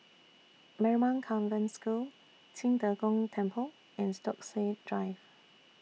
Marymount Convent School Qing De Gong Temple and Stokesay Drive